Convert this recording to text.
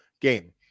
game